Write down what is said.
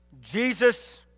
Jesus